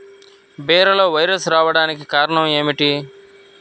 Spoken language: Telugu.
బీరలో వైరస్ రావడానికి కారణం ఏమిటి?